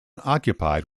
occupied